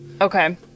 Okay